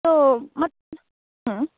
so ಮತ್ತೆ ಹ್ಞೂ